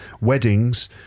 weddings